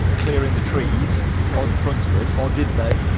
clearing the trees from in front of us. or did they?